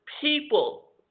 people